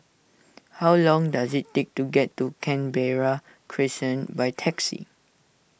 how long does it take to get to Canberra Crescent by taxi